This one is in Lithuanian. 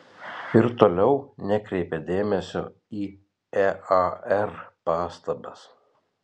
ir toliau nekreipė dėmesio į ear pastabas